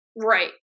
right